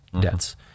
debts